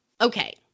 Okay